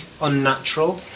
unnatural